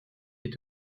est